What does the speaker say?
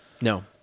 No